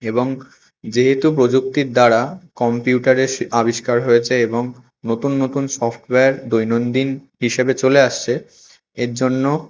এবং যেহেতু প্রযুক্তির দ্বারা কম্পিউটারের আবিষ্কার হয়েছে এবং নতুন নতুন সফটওয়্যার দৈনন্দিন হিসেবে চলে আসছে এর জন্য